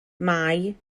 mai